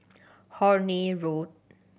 Horne Road